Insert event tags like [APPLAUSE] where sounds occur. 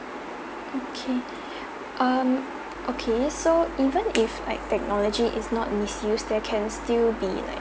okay [BREATH] um okay so even if like technology is not misused they can still be like